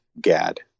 Gad